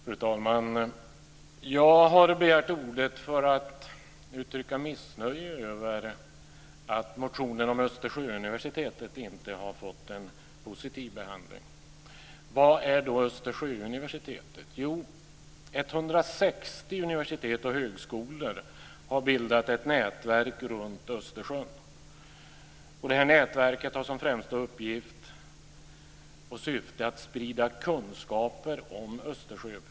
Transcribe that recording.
Fru talman! Jag har begärt ordet för att uttrycka missnöje över att motionen om Östersjöuniversitetet inte har fått en positiv behandling. Vad är då Östersjöuniversitetet? Jo, 160 universitet och högskolor har bildat ett nätverk runt Östersjön. Det nätverket har som främsta uppgift och syfte att sprida kunskaper om Östersjöproblemen.